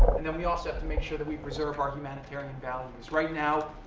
and then we also have to make sure that we reserve our humanitarian values. right now,